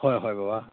ꯍꯣꯏ ꯍꯣꯏ ꯕꯕꯥ